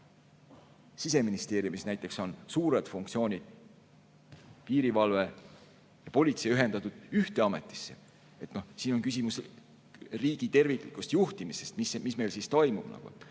Siseministeeriumis on suured funktsioonid, piirivalve ja politsei, ühendatud ühte ametisse. Siin on küsimus riigi terviklikust juhtimisest, mis meil ikkagi toimub.